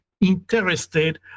interested